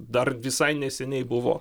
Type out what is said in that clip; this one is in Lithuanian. dar visai neseniai buvo